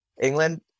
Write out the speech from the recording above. England